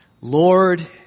Lord